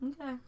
Okay